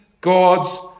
God's